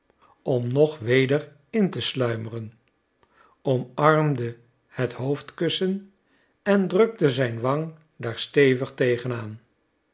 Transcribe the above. om nog weder in te sluimeren omarmde het hoofdkussen en drukte zijn wang daar stevig tegen